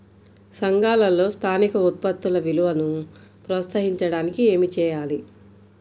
సంఘాలలో స్థానిక ఉత్పత్తుల విలువను ప్రోత్సహించడానికి ఏమి చేయాలి?